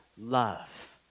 love